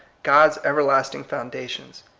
god's everlasting foundations.